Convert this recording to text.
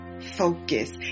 focus